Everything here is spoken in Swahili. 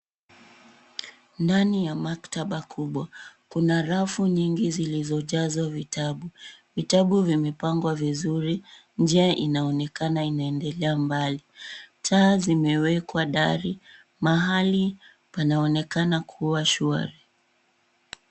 Ndani ya maktaba kubwa, kuna rafu nyingi zilizojazwa vitabu. Vitabu vimepangwa vizuri, njia inaonekana inaendelea mbali. Taa zimewekwa dari, mahali panaonekana kuwa swali.